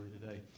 today